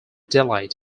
delight